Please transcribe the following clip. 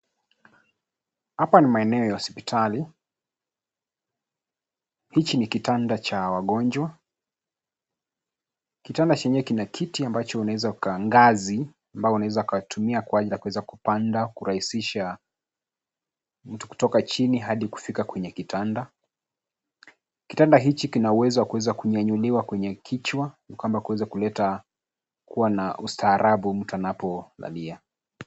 Hapa ni maeneo ya hospitali. Hichi ni kitanda cha wagonjwa . Kitanda chenyewe kina kiti ambacho unaweza kukangazi ambayo unaweza katumia kuweza kupanda kurahisisha mtu kuoka chini hadi kufika kwenye kitanda. Kitanda hichi kina uwezo wa kuweza kunyanyuliwa kwenye kichwa kwamba kuweza kuleta kuwa na ustaraabu mtu anapokalia.